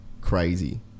crazy